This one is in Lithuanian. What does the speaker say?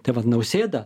tai vat nausėda